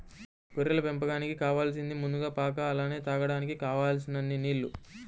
గొర్రెల పెంపకానికి కావాలసింది ముందుగా పాక అలానే తాగడానికి కావలసినన్ని నీల్లు